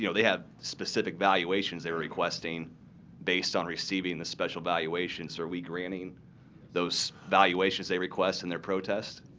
you know they have specific valuations they're requesting based on receiving the special valuations. are we granting those valuations they request in their protest?